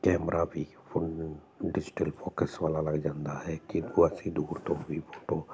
camera ਵੀ digital focus ਵਾਲਾ ਲੱਗ ਜਾਂਦਾ ਹੈ ਕਿ ਉਹ ਅਸੀਂ ਦੂਰ ਤੋਂ ਵੀ ਫੋਟੋ